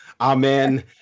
amen